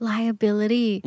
Liability